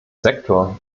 sektor